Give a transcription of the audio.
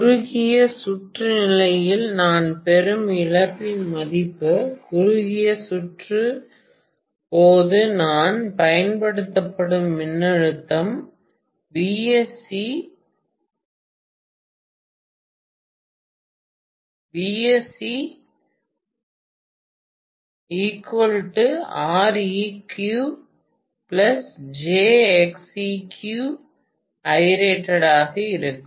குறுகிய சுற்று நிலையில் நான் பெறும் இழப்பின் மதிப்பு குறுகிய சுற்று போது நான் பயன்படுத்தும் மின்னழுத்தம் ஆக இருக்கும்